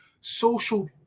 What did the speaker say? social